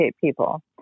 people